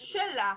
שלה.